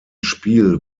spiel